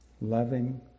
loving